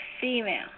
female